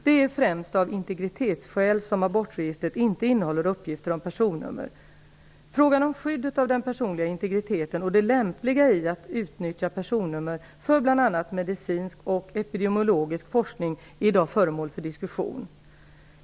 Det är främst av integritetsskäl som abortregistret inte innehåller uppgifter om personnummer. Frågan om skyddet av den personliga integriteten och det lämpliga i att utnyttja personnummer för bl.a. medicinsk och epidemiologisk forskning är i dag föremål för diskussion.